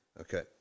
okay